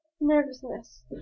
nervousness